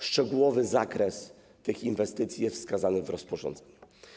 Szczegółowy zakres inwestycji jest wskazany w rozporządzeniu.